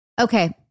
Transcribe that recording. Okay